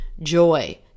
joy